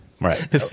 Right